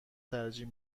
ترجیح